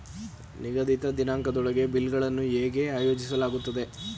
ನಿಗದಿತ ದಿನಾಂಕದೊಳಗೆ ಬಿಲ್ ಗಳನ್ನು ಹೇಗೆ ಆಯೋಜಿಸಲಾಗುತ್ತದೆ?